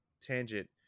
tangent